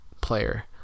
player